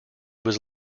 was